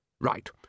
Right